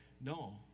no